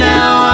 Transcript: Now